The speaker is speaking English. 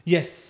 Yes